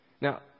Now